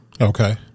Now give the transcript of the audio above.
Okay